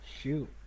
shoot